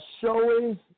showing